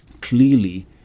clearly